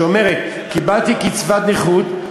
שאומרת: קיבלתי קצבת נכות,